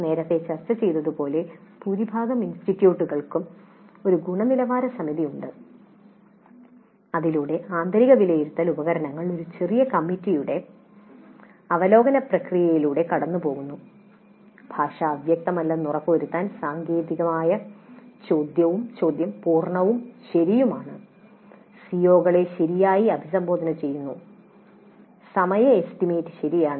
നേരത്തെ ചർച്ച ചെയ്തതുപോലെ ഭൂരിഭാഗം ഇൻസ്റ്റിറ്റ്യൂട്ടുകൾക്കും ഒരു ഗുണനിലവാര സമിതി ഉണ്ട് അതിലൂടെ ആന്തരിക വിലയിരുത്തൽ ഉപകരണങ്ങൾ ഒരു ചെറിയ കമ്മിറ്റിയുടെ അവലോകന പ്രക്രിയയിലൂടെ കടന്നുപോകുന്നു ഭാഷ അവ്യക്തമല്ലെന്ന് ഉറപ്പുവരുത്താൻ സാങ്കേതികമായി ചോദ്യം പൂർണ്ണവും ശരിയുമാണ് സിഒകളെ ശരിയായി അഭിസംബോധന ചെയ്യുന്നു സമയ എസ്റ്റിമേറ്റ് ശരിയാണ്